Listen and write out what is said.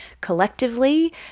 collectively